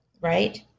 right